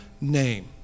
name